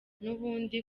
nubundi